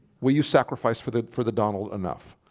will you sacrifice for that for the donald enough?